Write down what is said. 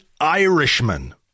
Irishman